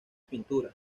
pinturas